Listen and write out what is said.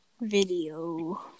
video